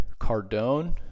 Cardone